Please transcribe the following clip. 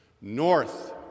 North